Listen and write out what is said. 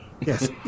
Yes